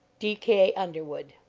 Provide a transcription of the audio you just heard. d. k. underwood.